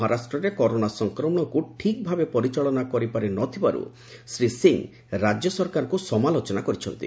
ମହାରାଷ୍ଟ୍ରରେ କରୋନା ସଂକ୍ରମଶକୁ ଠିକ୍ ଭାବେ ପରିଚାଳନା କରିପାରି ନଥିବାରୁ ଶ୍ରୀ ସିଂହ ରାଜ୍ୟ ସରକାରଙ୍କୁ ସମାଲୋଚନା କରିଛନ୍ତି